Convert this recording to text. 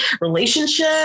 relationship